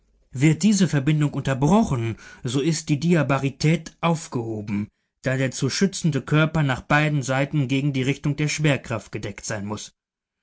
wird diese verbindung unterbrochen so ist die diabarität aufgehoben da der zu schützende körper nach beiden seiten gegen die richtung der schwerkraft gedeckt sein muß